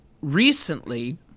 Recently